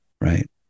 right